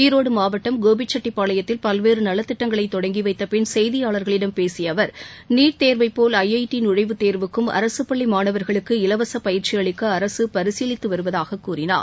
ஈரோடு மாவட்டம் கோபிச்செட்டிப்பாளையத்தில் பல்வேறு நலத் திட்டங்களை தொடங்கி வைத்த பின் செய்தியாளர்களிடம் பேசிய அவர் நீட் தேர்வைப் போல் ஐ ஐ டி நுழழவுத் தேர்வுக்கும் அரசுப்பள்ளி மாணவர்களுக்கு இலவச பயிற்சி அளிக்க அரசு பரிசீலித்து வருவதாகக் கூறினார்